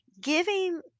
giving